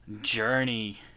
journey